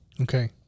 Okay